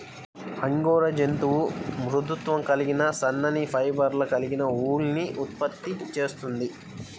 angora జంతువు మృదుత్వం కలిగిన సన్నని ఫైబర్లు కలిగిన ఊలుని ఉత్పత్తి చేస్తుంది